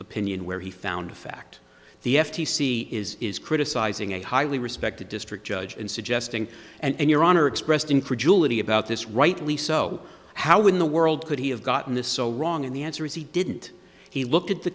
opinion where he found in fact the f t c is is criticizing a highly respected district judge and suggesting and your honor expressed incredulity about this rightly so how in the world could he have gotten this so wrong and the answer is he didn't he looked at the